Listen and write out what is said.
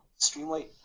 Streamlight